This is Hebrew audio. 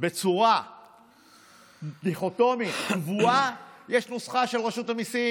בצורה דיכוטומית, קבועה, יש נוסחה של רשות המיסים